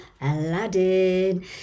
Aladdin